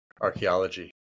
archaeology